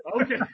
Okay